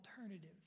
alternative